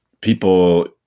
people